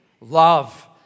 love